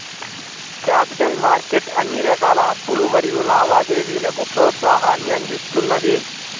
capital market అన్ని రకాల అప్పులు మరియు లావాదేవీలకు ప్రోత్సాహాన్ని అందిస్తున్నది